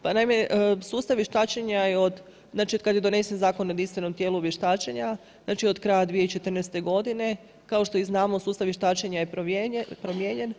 Pa naime, sustav vještačenja je od kada je donesen Zakon o jedinstvenom dijelu vještačenja znači od kraja 2014. godine kao što i znamo sustav vještačenja je promijenjen.